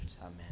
Amen